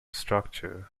structure